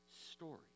Story